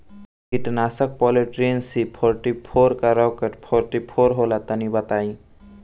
कीटनाशक polytrin C forty four या rocket forty four होला तनि बताई?